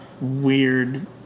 weird